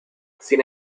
sin